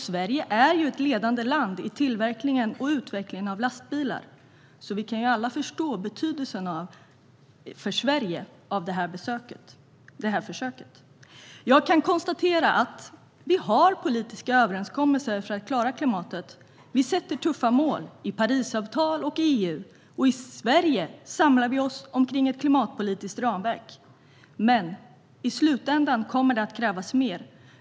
Sverige är ett ledande land i tillverkningen och utvecklingen av lastbilar. Vi kan därför alla förstå betydelsen för Sverige av detta försök. Jag kan konstatera att vi har politiska överenskommelser för att klara klimatet. Vi sätter tuffa mål - i Parisavtal och i EU. Och i Sverige samlar vi oss kring ett klimatpolitiskt ramverk. Men i slutändan kommer det att krävas mer.